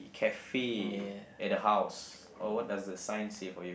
the cafe at the house or what does the sign say for you